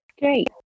Great